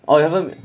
oh you haven't